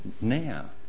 now